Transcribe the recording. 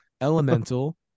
elemental